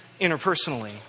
interpersonally